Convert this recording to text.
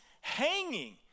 hanging